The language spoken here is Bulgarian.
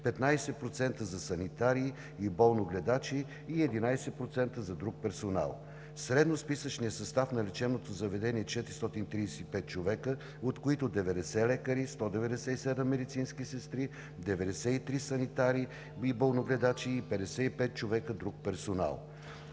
15% за санитари и болногледачи и 11% за друг персонал. Средно списъчният състав на лечебното заведение е 435 човека, от които 90 лекари, 197 медицински сестри, 93 санитари и болногледачи и 55 човека друг персонал.